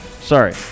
Sorry